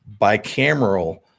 bicameral